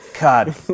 God